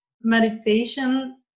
meditation